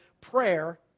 prayer